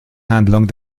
handlung